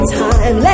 time